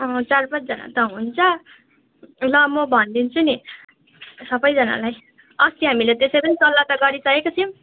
अँ चार पाँचजना त हुन्छ ल म भनिदिन्छु नि सबैजनालाई अस्ति हामीले त्यसै पनि सल्लाह त गरिसकेका थियौँ